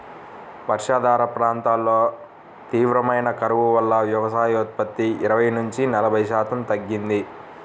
వర్షాధార ప్రాంతాల్లో తీవ్రమైన కరువు వల్ల వ్యవసాయోత్పత్తి ఇరవై నుంచి నలభై శాతం తగ్గింది